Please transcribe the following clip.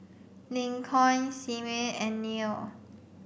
Lincoln Symone and Neil